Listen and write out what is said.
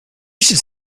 should